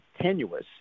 tenuous